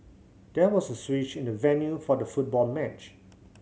there was a switch in the venue for the football match